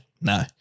No